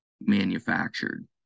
manufactured